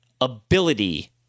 ability